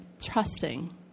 trusting